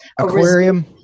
Aquarium